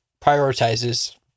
prioritizes